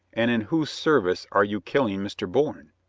and in whose service are you killing mr. bourne?